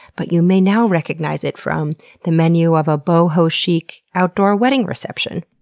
but you may now recognize it from the menu of a boho chic outdoor wedding reception.